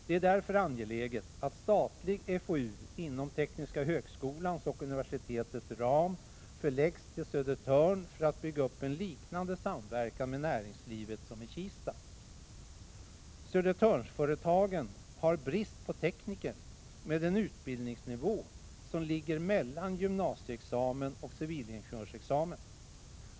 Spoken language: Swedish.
Det är därför angeläget att statlig fou inom Tekniska högskolans och universitetets ram förläggs till Södertörn för att bygga upp en liknande samverkan med näringslivet som i Kista. Södertörnsföretagen har brist på tekniker med en utbildningsnivå som ligger mellan gymnasieexamen och civilingenjörsexamen.